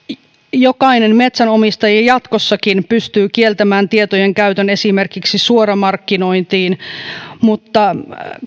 jokainen metsänomistaja jatkossakin pystyy kieltämään tietojen käytön esimerkiksi suoramarkkinointiin mutta